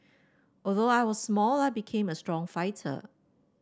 although I was small I became a strong fighter